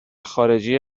خارجی